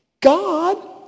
God